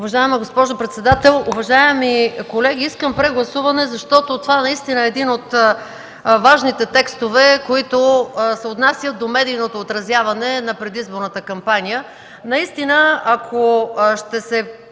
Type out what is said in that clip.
Уважаема госпожо председател, уважаеми колеги! Искам прегласуване, защото това е един от важните текстове, които се отнасят до медийното отразяване на предизборната кампания.